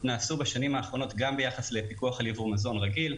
נעשו בשנים האחרונות גם ביחס לפיקוח על יבוא מזון רגיל,